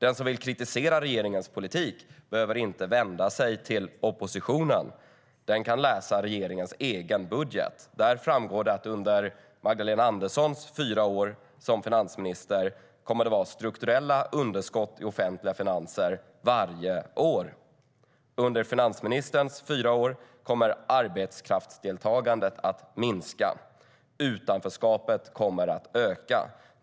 Den som vill kritisera regeringens politik behöver inte vända sig till oppositionen, utan den kan läsa regeringens egen budget. Där framgår att det under Magdalena Anderssons fyra år som finansminister kommer att vara strukturella underskott i offentliga finanser varje år. Under finansministerns fyra år kommer arbetskraftsdeltagandet att minska, och utanförskapet kommer att öka.